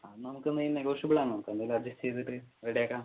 അത് നമുക്ക് main negotiable ആണ് നോക്കാം എന്തായാലും അഡ്ജസ്റ്റ് ചെയ്തിട്ട് റെഡി ആക്കാം